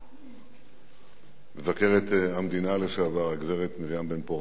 מבקרת המדינה לשעבר הגברת מרים בן-פורת,